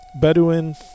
Bedouin